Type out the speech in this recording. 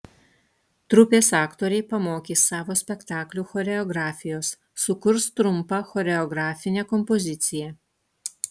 trupės aktoriai pamokys savo spektaklių choreografijos sukurs trumpą choreografinę kompoziciją